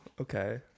okay